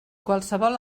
qualsevol